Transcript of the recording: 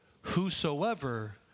whosoever